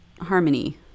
harmony